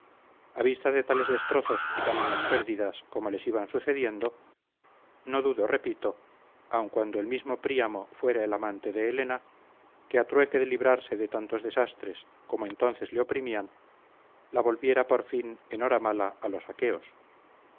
a vista de tales destrozos y tamañas pérdidas como les iban sucediendo no dudo repito aun cuando el mismo príamo fuera el amante de helena que a trueque de librarse de tantos desastres como entonces le oprimían la volviera por fin enhoramala a los aqueos